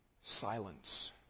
silence